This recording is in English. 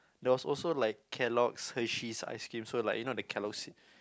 there was also like Kellogg's Hershey's icecream so like you know the Kellogg's